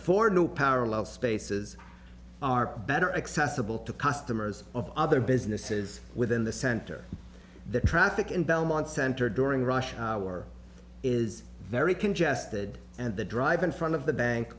four new power allowed spaces are better accessible to customers of other businesses within the center the traffic in belmont center during rush hour is very congested and the drive in front of the bank